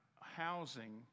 housing